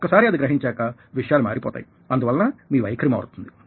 ఒక్కసారి అది గ్రహించాక విషయాలు మారిపోతాయి అందువలన మీ వైఖరి మారుతుంది